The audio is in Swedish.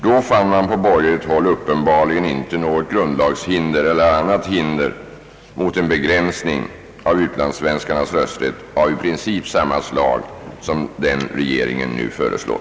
Då fann man på borgerligt håll uppenbarligen inte något grundlagshinder eller annat hinder mot en begränsning av utlandssvenskarnas rösträtt av i princip samma slag som den regeringen nu föreslår.